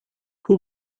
who